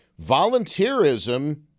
Volunteerism